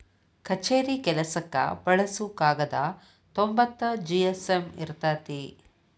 ಕಛೇರಿ ಕೆಲಸಕ್ಕ ಬಳಸು ಕಾಗದಾ ತೊಂಬತ್ತ ಜಿ.ಎಸ್.ಎಮ್ ಇರತತಿ